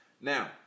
Now